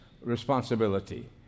responsibility